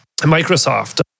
Microsoft